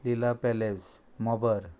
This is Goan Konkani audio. लिला पॅलेस मोबर